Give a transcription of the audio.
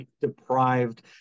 deprived